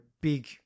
big